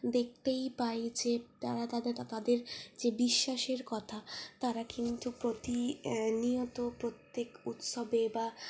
দেখতেই পাই যে তারা তাদের যে বিশ্বাসের কথা তারা কিন্তু প্রতি নিয়ত প্রত্যেক উৎসবে বা